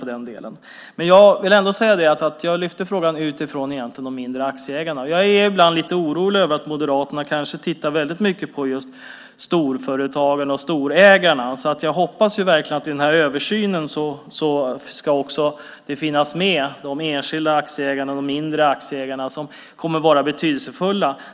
Egentligen lyfte jag upp frågan utifrån de mindre aktieägarna. Jag är ibland lite orolig över att Moderaterna tittar väldigt mycket på just storföretagen och storägarna. Jag hoppas därför att de enskilda och de mindre aktieägarna ska finnas med i översynen, för de kommer att vara betydelsefulla.